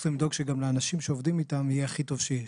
צריך לדאוג שגם לאנשים שעובדים איתם יהיה הכי טוב שיש.